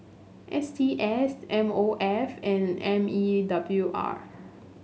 S T S M O F and M E W R